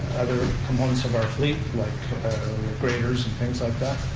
other components of our fleet, like graders and things like that.